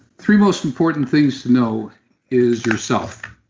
three most important things to know is yourself.